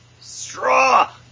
Straw